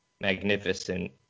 magnificent